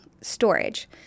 storage